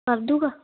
ਕਰ ਦਊਗਾ